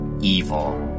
evil